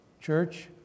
church